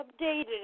updated